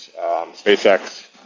SpaceX